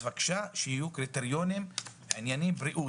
אז בקשה שיהיו קריטריונים, ענייני בריאות.